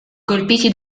colpiti